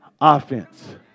offense